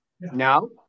No